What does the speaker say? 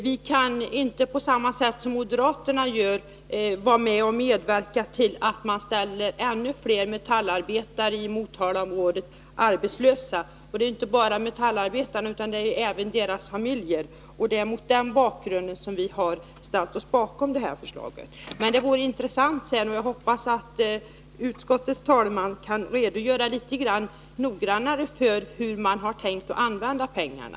Vi kan inte på samma sätt som moderaterna gör medverka till att man ställer ännu fler metallarbetare i Motala arbetslösa. Det är inte bara metallarbetarna utan också deras familjer som det handlar om. Och det är mot den bakgrunden vi har ställt oss bakom detta förslag. Jag hoppas att utskottets talesman kan redogöra litet mer noggrant för hur man har tänkt använda pengarna.